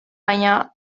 baina